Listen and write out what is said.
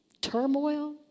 turmoil